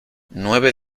nueve